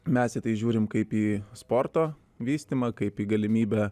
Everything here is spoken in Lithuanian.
mes į tai žiūrim kaip į sporto vystymą kaip į galimybę